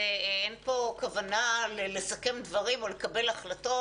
ואין פה כוונה לסכם דברים או לקבל החלטות.